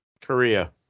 Korea